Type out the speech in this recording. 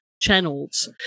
channels